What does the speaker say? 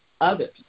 others